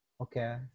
Okay